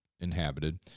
inhabited